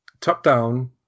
top-down